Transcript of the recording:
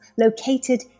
located